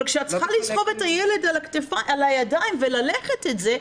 אבל כשאת צריכה לסחוב את הילד על הידיים וללכת את זה,